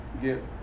get